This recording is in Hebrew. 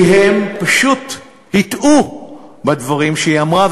כי הם פשוט הטעו לגבי הדברים שהיא אמרה,